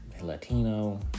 Latino